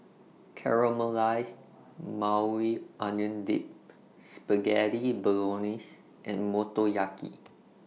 Caramelized Maui Onion Dip Spaghetti Bolognese and Motoyaki